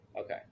Okay